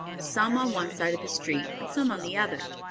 some on one side of the street and some on the other.